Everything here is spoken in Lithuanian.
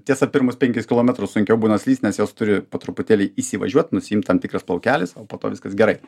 tiesa pirmus penkis kilometrus sunkiau būna slyst nes jos turi po truputėlį įsivažiuot nusiimt tam tikras plaukelis o po to viskas gerai